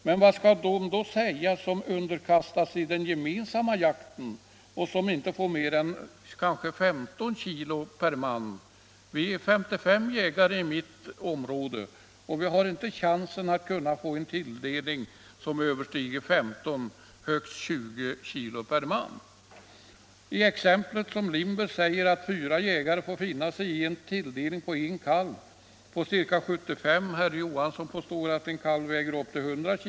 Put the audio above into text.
Men vad skall då de säga som underkastat sig den gemensamma jakten och som inte får mer än kanske 15 kg kött per man? Vi är 55 jägare i mitt område. Vi har inte en chans att få större tilldelning än 15 högst 20 kg per man. I herr Lindbergs exempel får 4 jägare finna sig i en tilldelning på en kalv på ca 75 kg — herr Johansson i Holmgården påstår att en kalv väger upp till 100 kg.